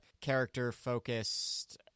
character-focused